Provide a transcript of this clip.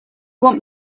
want